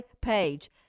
Page